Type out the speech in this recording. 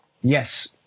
Yes